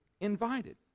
Invited